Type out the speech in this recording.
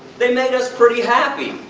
they made us pretty happy!